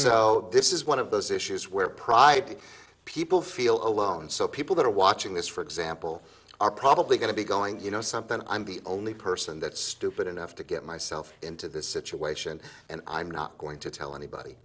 so this is one of those issues where private people feel alone so people that are watching this for example are probably going to be going you know something i'm the only person that's stupid enough to get myself into this situation and i'm not going to tell anybody